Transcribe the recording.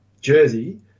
Jersey